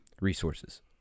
resources